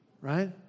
right